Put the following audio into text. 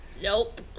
Nope